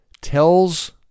tells